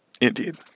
Indeed